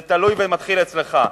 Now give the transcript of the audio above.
זה תלוי ומתחיל אצלך.